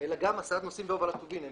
אלא הסעת נוסעים והובלת טובין.